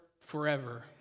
forever